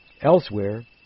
elsewhere